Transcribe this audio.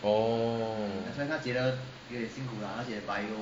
orh